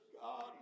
God